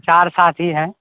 چار ساتھی ہیں